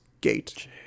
gate